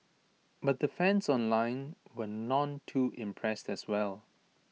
but the fans online were none too impressed as well